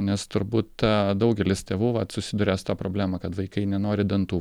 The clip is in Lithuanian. nes turbūt daugelis tėvų vat susiduria su ta problema kad vaikai nenori dantų